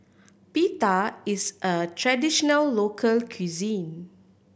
pita is a traditional local cuisine